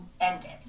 ended